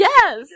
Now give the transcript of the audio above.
Yes